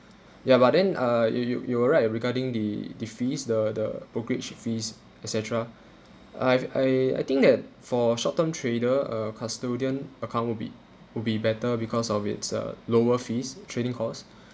ya but then uh you you you are right ah regarding the the fees the the brokerage fees et cetera I've I I think that for short term trader uh custodian account would be would be better because of its uh lower fees trading course